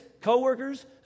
co-workers